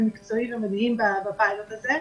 מקצועי ומדהים בפיילוט הזה.